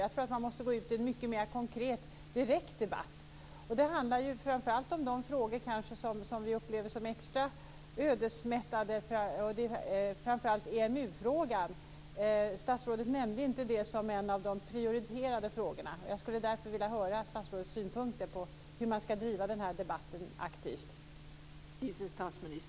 Jag tror att de måste gå ut i en mycket mer konkret direkt debatt. Det handlar framför allt om de frågor som vi upplever som extra ödesmättade, framför allt EMU-frågan. Statsrådet nämnde inte den frågan som en av de prioriterade frågorna. Jag skulle därför vilja höra statsrådets synpunkter på hur den debatten skall drivas aktivt.